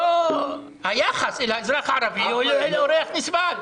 אוה, היחס אל האזרח הערבי הוא כאל אורח נסבל.